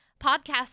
Podcast